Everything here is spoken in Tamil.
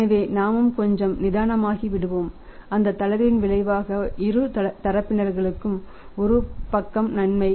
எனவே நாமும் கொஞ்சம் நிதானமாகி விடுவோம் அந்த தளர்வின் விளைவாக இரு தரப்பினருக்கும் ஒரு பக்கம் நன்மை